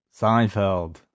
Seinfeld